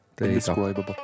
Indescribable